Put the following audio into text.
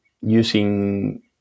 using